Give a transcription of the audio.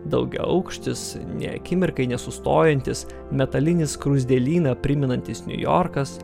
daugiaaukštis nė akimirkai nesustojantis metalinį skruzdėlyną primenantis niujorkas